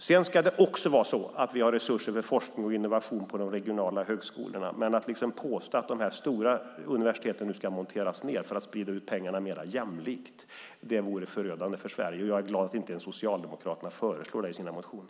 Sedan ska vi också ha resurser för forskning och innovation vid de regionala högskolorna, men att påstå att de stora universiteten ska monteras ned för att sprida ut pengarna mer jämlikt vore förödande för Sverige. Jag är glad att Socialdemokraterna inte föreslår det i sina motioner.